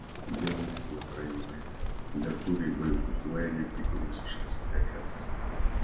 dėl įvykių ukrainoje lietuviai boikotuoja ne tik rusiškas prekes